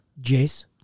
jace